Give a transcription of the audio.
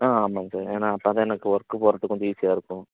ஆ ஆமாம்ங்க சார் ஏன்னா அப்போ தான் எனக்கு ஒர்க்கு போகறதுக்கு கொஞ்சம் ஈஸியாக இருக்கும்